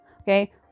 Okay